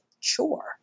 chore